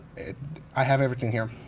i have everything here.